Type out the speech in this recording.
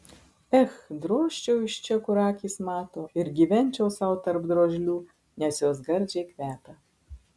ech drožčiau iš čia kur akys mato ir gyvenčiau sau tarp drožlių nes jos gardžiai kvepia